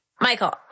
Michael